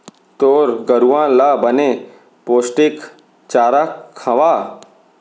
तोर गरूवा ल बने पोस्टिक चारा खवा